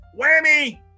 Whammy